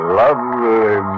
lovely